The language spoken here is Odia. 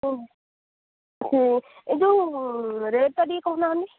ଏ ଯେଉଁ ରେଟ୍ ଟା ଟିକେ କହୁନାହାଁନ୍ତି